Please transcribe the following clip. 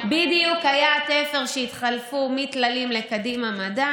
בדיוק היה התפר שהתחלפו מטללים לקדימה מדע,